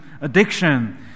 addiction